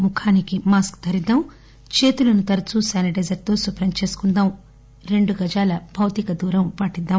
ముఖానికిమాస్కు ధరిద్దాం చేతులను తరచూ శానిటైజర్తో శుభ్రంచేసుకుందాం రెండు గజాల భౌతిక దూరం పాటిద్లాం